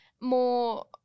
more –